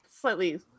slightly